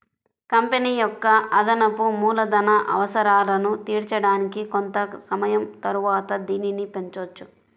company యొక్క అదనపు మూలధన అవసరాలను తీర్చడానికి కొంత సమయం తరువాత దీనిని పెంచొచ్చు